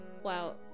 Wow